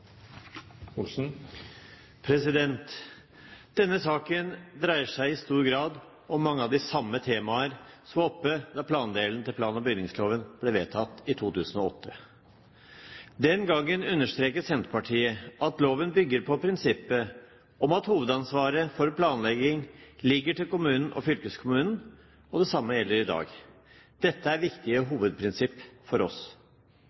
plandelen til plan- og bygningsloven ble vedtatt i 2008. Den gangen understreket Senterpartiet at loven bygger på prinsippet om at hovedansvaret for planlegging ligger til kommunen og fylkeskommunen. Det samme gjelder i dag. Dette er et viktig hovedprinsipp for oss.